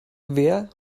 wer